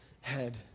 head